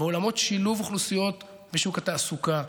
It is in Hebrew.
בעולמות שילוב אוכלוסיות בשוק התעסוקה,